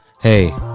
hey